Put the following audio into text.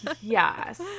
yes